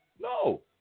No